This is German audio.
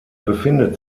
befindet